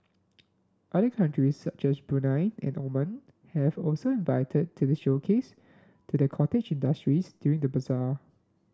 other countries such as Brunei and Oman have also invited to the showcase to the cottage industries during the bazaar